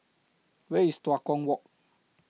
Where IS Tua Kong Walk